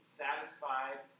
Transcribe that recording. satisfied